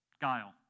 Guile